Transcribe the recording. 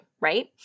right